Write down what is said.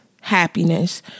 happiness